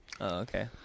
okay